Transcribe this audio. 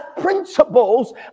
principles